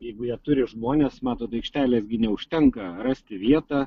jeigu jie turi žmones matot aikštelės gi neužtenka rasti vietą